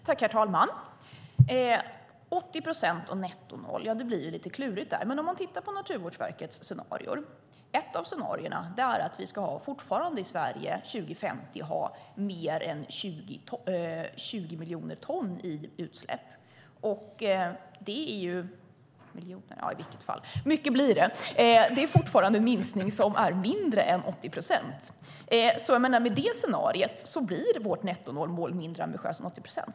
Herr talman! 80 procent och netto noll - ja, det blir lite klurigt där. Men om man tittar på Naturvårdsverkets scenarier är ett scenario att vi i Sverige 2050 fortfarande ska ha mer än 20 miljoner ton i utsläpp. Det är fortfarande en minskning som är mindre än 80 procent. Med det scenariot blir vårt nettonollmål mindre ambitiöst än 80 procent.